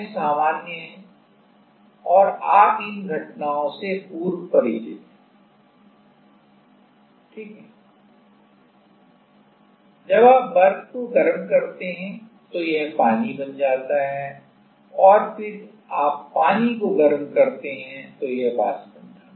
और यह सामान्य है और आप इन घटनाओं से पूर्व परिचित हैं thik hai जब आप बर्फ को गर्म करते हैं तो यह पानी बन जाता है और फिर आप पानी को गर्म करते हैं तो यह वाष्प बन जाता है